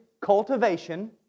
cultivation